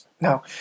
Now